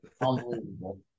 Unbelievable